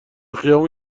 خیابون